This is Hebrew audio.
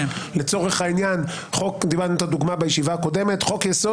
לצורך העניין נתנו את הדוגמה כמו חוק יסוד